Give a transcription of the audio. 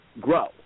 grow